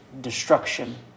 destruction